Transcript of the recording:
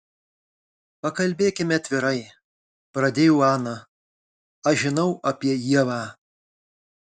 pakalbėkime atvirai pradėjo ana aš žinau apie ievą